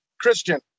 Christian